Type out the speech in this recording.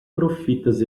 profitas